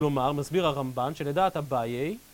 כלומר מסביר הרמב״ן שלדעת אביי